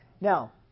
Now